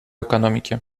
экономики